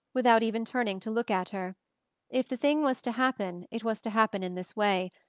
without even turning to look at her if the thing was to happen, it was to happen in this way,